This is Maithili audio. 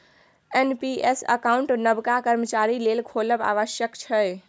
एन.पी.एस अकाउंट नबका कर्मचारी लेल खोलब आबश्यक छै